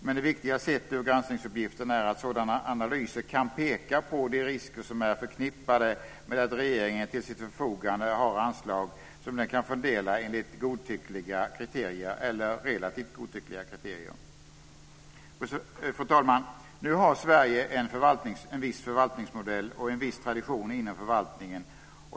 Men det viktiga sett ur granskningsuppgiften är att sådana analyser kan peka på de risker som är förknippade med att regeringen till sitt förfogande har anslag som den kan fördela enligt godtyckliga eller relativt godtyckliga kriterier. Fru talman! Nu har Sverige en viss förvaltningsmodell och en viss tradition inom förvaltningen.